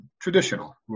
traditional